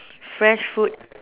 fresh fruit